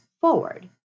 forward